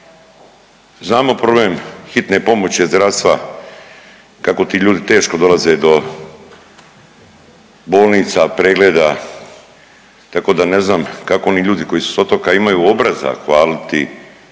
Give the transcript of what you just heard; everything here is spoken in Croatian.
Znamo problem hitne pomoći od zdravstva kako ti ljudi teško dolaze do bolnica, pregleda, tako da ne znam kako oni ljudi koji su s otoka imaju obraza hvaliti